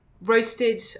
roasted